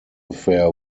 affair